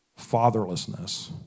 fatherlessness